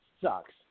sucks